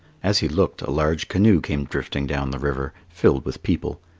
as he looked, a large canoe came drifting down the river, filled with people.